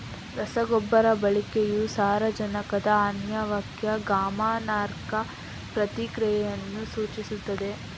ರಸಗೊಬ್ಬರ ಬಳಕೆಯು ಸಾರಜನಕದ ಅನ್ವಯಕ್ಕೆ ಗಮನಾರ್ಹ ಪ್ರತಿಕ್ರಿಯೆಯನ್ನು ಸೂಚಿಸುತ್ತದೆ